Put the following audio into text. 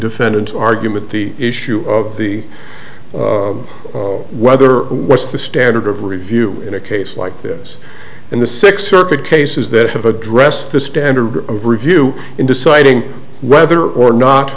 defendants argument the issue of the weather what's the standard of review in a case like this and the six circuit cases that have addressed the standard of review in deciding whether or not